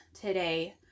today